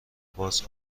باز